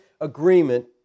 agreement